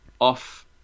off